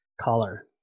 color